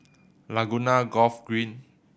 Laguna Golf Green